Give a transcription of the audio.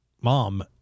mom